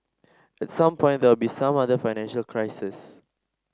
at some point there will be some other financial crises